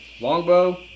Longbow